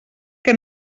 que